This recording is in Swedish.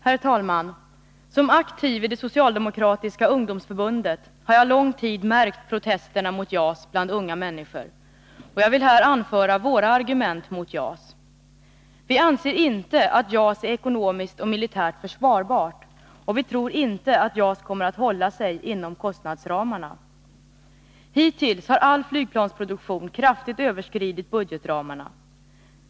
Herr talman! Som aktiv i det socialdemokratiska ungdomsförbundet har jag lång tid märkt protesterna mot JAS bland unga människor. Jag vill här anföra våra argument mot JAS. Vi anser inte att JAS är ekonomiskt och militärt försvarbart, och vi tror inte att JAS kommer att hålla sig inom kostnadsramarna. Hittills har all flygplansproduktion kraftigt överskridit budgetramarna.